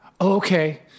Okay